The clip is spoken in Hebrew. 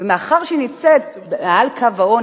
ומאחר שהיא נמצאת מעל קו העוני,